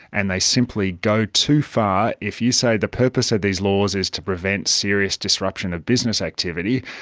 and they simply go too far. if you say the purpose of these laws is to prevent serious disruption of business activity,